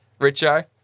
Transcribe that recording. Richo